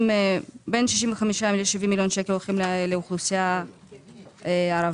בין 65 ל-70 מיליון שקל הולכים לאוכלוסייה ערבית